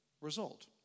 result